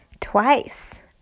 twice